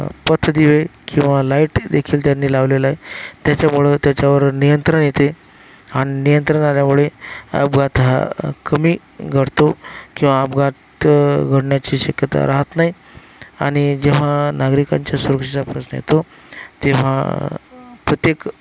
पथदिवे किंवा लाईटदेखील त्यांनी लावलेल्या आहे त्याच्यामुळं त्याच्यावर नियंत्रण येते आणि नियंत्रण आल्यामुळे अपघात हा कमी घडतो किंवा अपघात घडण्याची शक्यता राहत नाही आणि जेव्हा नागरिकांच्या सुरक्षेचा प्रश्न येतो तेव्हा प्रत्येक